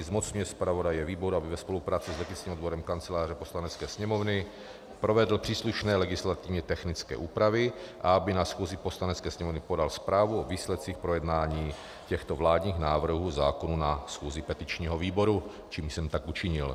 Zmocňuje zpravodaje výboru, aby ve spolupráci s legislativním odborem Kanceláře Poslanecké sněmovny provedl příslušné legislativně technické úpravy a aby na schůzi Poslanecké sněmovny podal zprávu o výsledcích projednání těchto vládních návrhů zákonů na schůzi petičního výboru což jsem učinil.